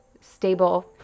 stable